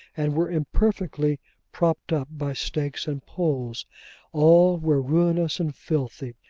and were imperfectly propped up by stakes and poles all were ruinous and filthy.